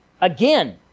again